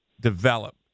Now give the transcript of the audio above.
develop